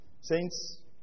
Saints